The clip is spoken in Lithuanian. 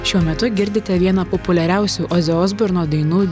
šiuo metu girdite vieną populiariausių ozio osborno dainų